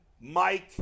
Mike